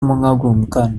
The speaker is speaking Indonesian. mengagumkan